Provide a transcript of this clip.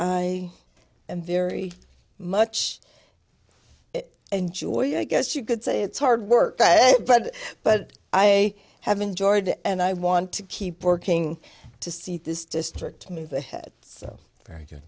i am very much enjoy i guess you could say it's hard work but but i have enjoyed and i want to keep working to see this district move ahead so very good